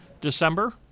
December